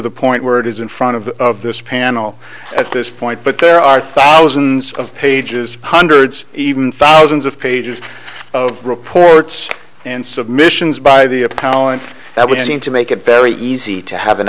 the point where it is in front of of this panel at this point but there are thousands of pages hundreds even thousands of pages of reports and submissions by the opponent that would seem to make it very easy to have an